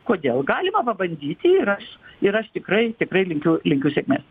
kodėl galima pabandyti ir aš ir aš tikrai tikrai linkiu linkiu sėkmės